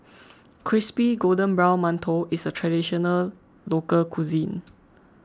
Crispy Golden Brown Mantou is a Traditional Local Cuisine